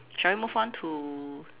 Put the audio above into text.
shall we move on to